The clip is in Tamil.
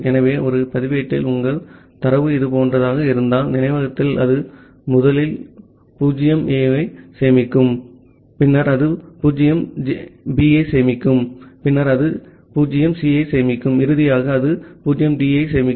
ஆகவே ஒரு பதிவேட்டில் உங்கள் தரவு இதுபோன்றதாக இருந்தால் நினைவகத்தில் அது முதலில் 0A ஐ சேமிக்கும் பின்னர் அது 0B ஐ சேமிக்கும் பின்னர் அது 0C ஐ சேமிக்கும் இறுதியாக அது 0D ஐ சேமிக்கும்